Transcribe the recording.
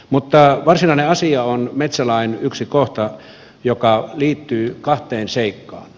mutta varsinainen asia on metsälain yksi kohta joka liittyy kahteen seikkaan